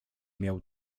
miał